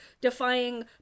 defying